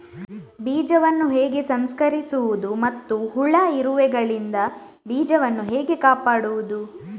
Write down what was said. ಬೀಜವನ್ನು ಹೇಗೆ ಸಂಸ್ಕರಿಸುವುದು ಮತ್ತು ಹುಳ, ಇರುವೆಗಳಿಂದ ಬೀಜವನ್ನು ಹೇಗೆ ಕಾಪಾಡುವುದು?